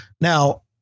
Now